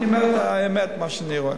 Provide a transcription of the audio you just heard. אני אומר האמת, מה שאני רואה.